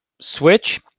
switch